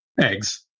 eggs